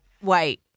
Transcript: white